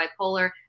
bipolar